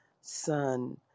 son